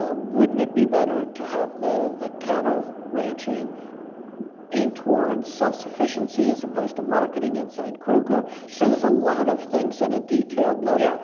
ah wouldn't it be better to have the the cattle ranching aimed towards self-sufficiency, as opposed to marketing inside kruger, so there's a lot of things at a detailed like yeah